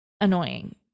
annoying